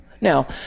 Now